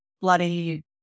bloody